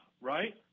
right